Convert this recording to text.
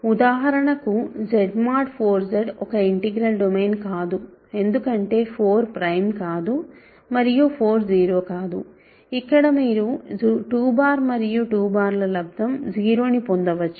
ఉదాహరణకు Z mod 4 Z ఒక integral domain కాదు ఎందుకంటే 4 ప్రైమ్ కాదు మరియు 4 0 కాదు ఇక్కడ మీరు 2 మరియు 2 ల లబ్దం 0 ని పొందవచ్చు